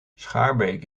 schaarbeek